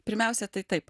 pirmiausia tai taip